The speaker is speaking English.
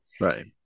Right